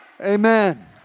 Amen